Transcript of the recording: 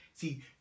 See